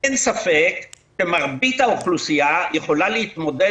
אין ספק שמרבית האוכלוסייה יכולה להתמודד